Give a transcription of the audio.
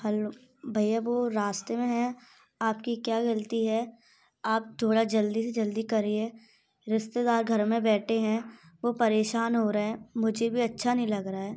hello भैया वह रास्ते में हैं आपकी क्या गलती है आप थोड़ा जल्दी से जल्दी करिए रिश्तेदार घर में बैठे हैं वह परेशान हो रहे हैं मुझे भी अच्छा नहीं लग रहा है